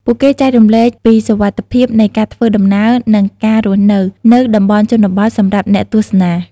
ពួកគេចែករំលែកពីសុវត្ថិភាពនៃការធ្វើដំណើរនិងការរស់នៅ នៅតំបន់ជនបទសម្រាប់អ្នកទស្សនា។